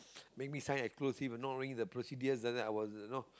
make me sign exclusive not knowing the procedure then then that I was no